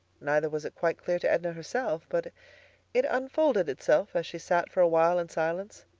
neither was it quite clear to edna herself but it unfolded itself as she sat for a while in silence.